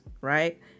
right